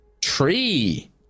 Tree